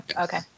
okay